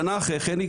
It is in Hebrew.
שנה אחרי כן,